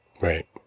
Right